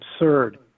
absurd